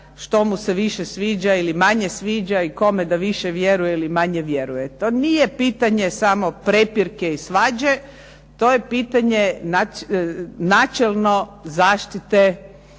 što mu se više sviđa ili manje sviđa ili kome da više vjeruje ili manje vjeruje. To nije pitanje samo prepirke i svađe, to je pitanje načelno zaštite